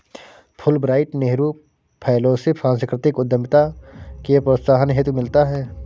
Fulbright Nehru fellowship सांस्कृतिक उद्यमिता के प्रोत्साहन हेतु मिलता है